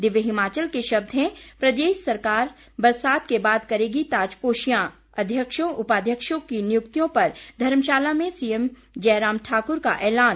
दिव्य हिमाचल के शब्द हैं प्रदेश सरकार बरसात के बाद करेगी ताजपोशियां अध्यक्षों उपाध्यक्षों की नियुक्यिों पर धर्मशाला में सीएम जयराम ठाकुर का एलान